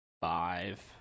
five